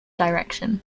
direction